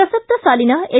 ಪ್ರಸಕ್ತ ಸಾಲಿನ ಎಸ್